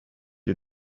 you